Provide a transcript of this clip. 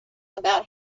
about